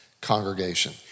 congregation